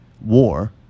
war